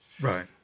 right